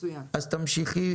אז תמשיכי,